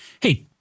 hey